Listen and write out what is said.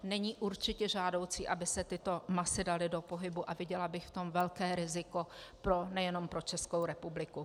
Není určitě žádoucí, aby se tyto masy daly do pohybu, a viděla bych v tom velké riziko nejenom pro Českou republiku.